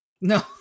No